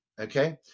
Okay